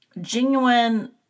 genuine